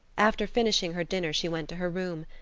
after finishing her dinner she went to her room,